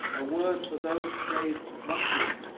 a word for those crazed monkeys,